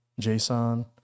JSON